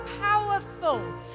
powerful